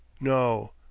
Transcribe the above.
No